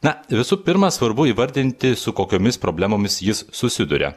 na visų pirma svarbu įvardinti su kokiomis problemomis jis susiduria